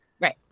Right